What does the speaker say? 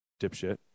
dipshit